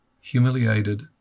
humiliated